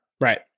right